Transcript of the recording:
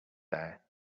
there